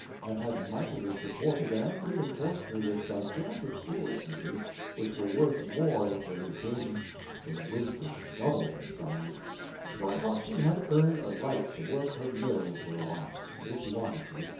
and had mightily supported and reinforced me with gigantic foolishnesses which were worth more for the occasion than wisdoms double their size so i thought she had earned a right to work her mill for a while, if she wanted to,